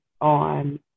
on